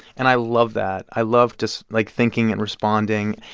and i love that. i love just, like, thinking and responding.